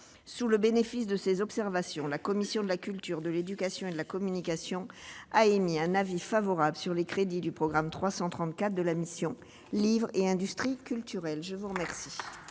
Compte tenu de ces observations, la commission de la culture, de l'éducation et de la communication a émis un avis favorable sur les crédits du programme 334 de la mission « Médias, livre et industries culturelles ». Mes chers